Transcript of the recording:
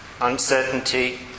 Uncertainty